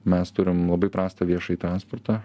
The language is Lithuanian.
mes turim labai prastą viešąjį transportą